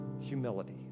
humility